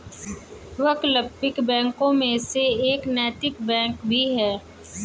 वैकल्पिक बैंकों में से एक नैतिक बैंक भी है